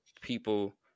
people